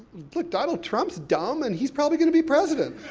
look, donald trump's dumb, and he's probably going to be president.